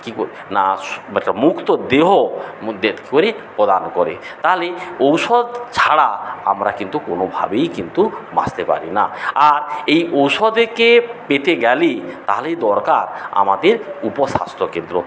কী ক নাশ মুক্ত দেহ মধ্যে করে প্রদান করে তাহলে ঔষধ ছাড়া আমরা কিন্তু কোনোভাবেই কিন্তু বাঁচতে পারি না আর এই ঔষধকে পেতে গেলে তাহলেই দরকার আমাদের উপস্বাস্থ্য কেন্দ্র